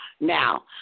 Now